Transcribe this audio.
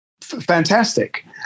fantastic